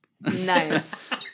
Nice